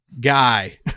guy